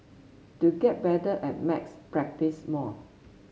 to get better at maths practise more